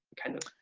kind of